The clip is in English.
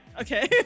okay